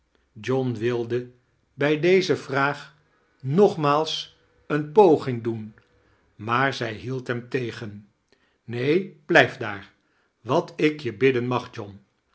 john wilde bij deze vraag nogmaals eene poging doen maar zij hiald hem tegen neen blijf daar wat ik je bidden mag